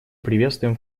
приветствуем